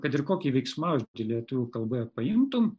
kad ir kokį veiksmažodį lietuvių kalboje paimtum